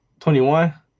21